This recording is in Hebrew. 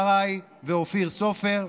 שלמה קרעי ואופיר סופר.